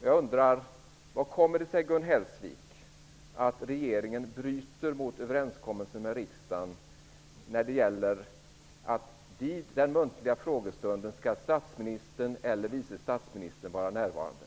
Jag undrar: Hur kommer det sig, Gun Hellsvik, att regeringen bryter mot överenskommelsen med riksdagen om att statsministern eller vice statsministern skall vara närvarande vid den muntliga frågestunden?